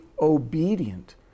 obedient